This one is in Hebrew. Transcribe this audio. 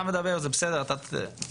אתה מדבר על מספר הפניות,